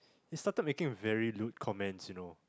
he started making very lude comments you know